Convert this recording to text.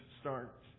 start